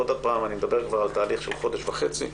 אחר כך דחינו שוב ואני מדבר על תהליך של חודש וחצי.